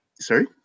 sorry